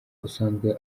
usanzwe